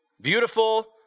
beautiful